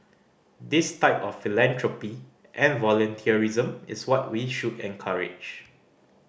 this type of philanthropy and volunteerism is what we should encourage